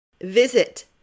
Visit